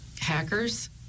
hackers